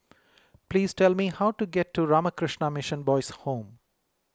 please tell me how to get to Ramakrishna Mission Boys' Home